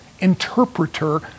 interpreter